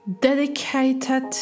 dedicated